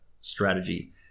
strategy